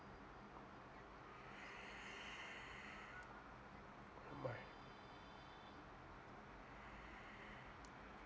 my